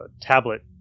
tablet